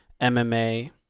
MMA